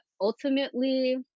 ultimately